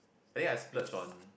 I think I splurge on